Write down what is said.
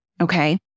Okay